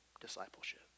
discipleship